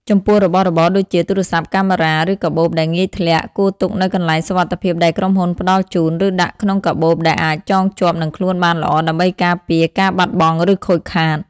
ចំពោះ របស់របរដូចជាទូរស័ព្ទ កាមេរ៉ា ឬកាបូបដែលងាយធ្លាក់ គួរទុកនៅកន្លែងសុវត្ថិភាពដែលក្រុមហ៊ុនផ្ដល់ជូន ឬដាក់ក្នុងកាបូបដែលអាចចងជាប់នឹងខ្លួនបានល្អដើម្បីការពារការបាត់បង់ឬខូចខាត។